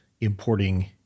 importing